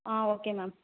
ah okay ma'am